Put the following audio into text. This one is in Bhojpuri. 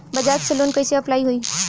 बजाज से लोन कईसे अप्लाई होई?